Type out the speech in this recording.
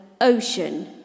ocean